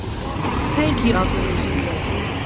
so um ah thank you, operation blessing.